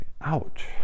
Ouch